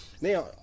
Now